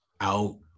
out